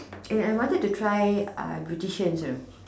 and I wanted to try uh beauticians you know